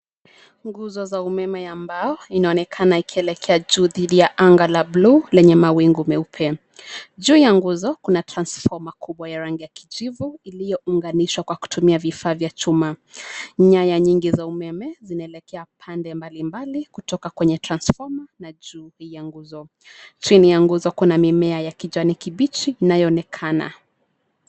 Nguzo za umeme ya mbao inaonekana ikielekea juu dhidi ya anga la bluu lenye mawingu meupe. Juu ya nguzo kuna transformer kubwa ya rangi ya kijivu iliyounganishwa kwa kutumia vifaa vya chuma. Nyaya nyingi za umeme zinaelekea pande mbalimbali kutoka kwenye transformer na juu ya nguzo. Chini ya nguzo kuna mimea ya kijani kibichi inayoonekana.